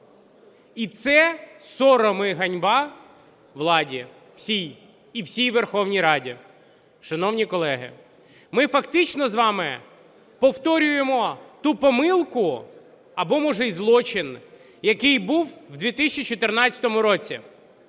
І це сором і ганьба владі всій і всій Верховній Раді. Шановні колеги, ми фактично з вами повторюємо ту помилку або, може, і злочин, який був в 2014 році,